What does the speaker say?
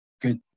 good